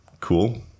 cool